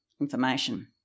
information